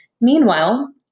Meanwhile